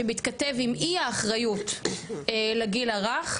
שמתכתב עם אי האחריות לגיל הרך,